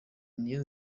niyo